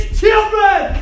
children